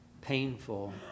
painful